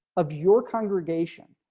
of your congregation,